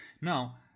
Now